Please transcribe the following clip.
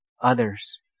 others